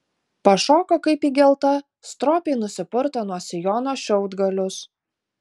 pašoko kaip įgelta stropiai nusipurtė nuo sijono šiaudgalius